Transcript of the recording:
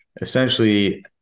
essentially